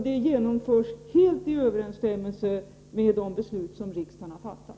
Det genomförs också helt i överensstämmelse med de beslut som riksdagen har fattat.